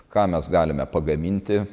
ką mes galime pagaminti